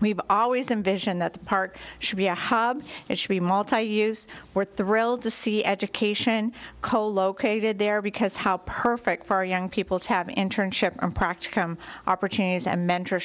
we've always envisioned that part should be a hub it should be multi use we're thrilled to see education colocated there because how perfect for young people to have an internship or practicum opportunities and mentor